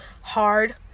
hard